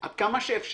עד כמה שאפשר,